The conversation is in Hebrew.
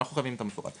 אנחנו חייבים את המפורט.